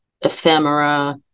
ephemera